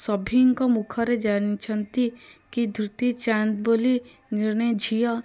ସଭିଙ୍କ ମୁଖରେ ଜାଣିଛନ୍ତି କି ଦୂତି ଚାନ୍ଦ ବୋଲି ଜଣେ ଝିଅ